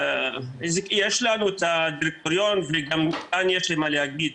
יש לנו את הדירקטוריון וגם כאן יש לי מה להגיד.